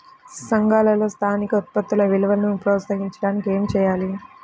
సంఘాలలో స్థానిక ఉత్పత్తుల విలువను ప్రోత్సహించడానికి ఏమి చేయాలి?